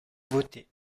votée